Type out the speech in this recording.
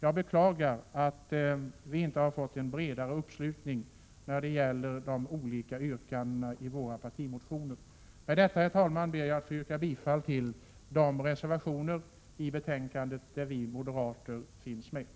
Jag beklagar att vi inte har fått bredare uppslutning bakom yrkandena i våra partimotioner. Herr talman! Jag ber att få yrka bifall till de reservationer som vi moderata representanter i utskottet har undertecknat.